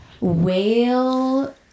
Whale